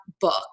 book